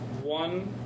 one